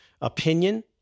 opinion